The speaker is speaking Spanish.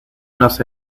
nos